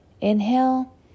Inhale